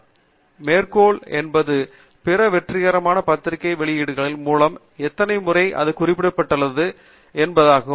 மேலும் மேற்கோள் என்பது பிற வெற்றிகரமான பத்திரிகை வெளியீடுகளின் மூலம் எத்தனை முறை அது குறிப்பிடப்பட்டுள்ளது என்பதாகும்